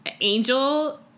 Angel